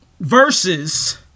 versus